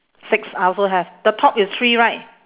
six I also have the top is three right